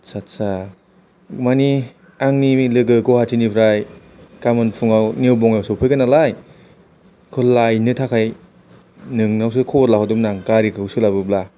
आदसा सा माने आंनि लोगो गुवाहाटिनिफ्राय गाबोन फुङाव निउ बङाइयाव सफैगोन नालाय बेखौ लायनो थाखाय नोंनावसो खबर लाहरदोंमोन आं गारिखौ सोलाबोब्ला